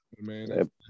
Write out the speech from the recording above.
Man